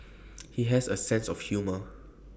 he has A sense of humour